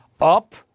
up